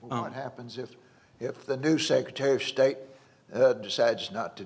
what happens if if the new secretary of state decides not to